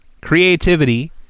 creativity